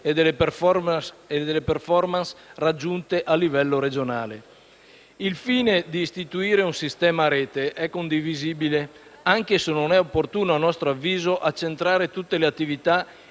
e delle *performance* raggiunte a livello regionale. Il fine di istituire un sistema a rete è condivisibile anche se non è opportuno, a nostro avviso, accentrare tutte le attività